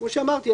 כמו שאמרתי,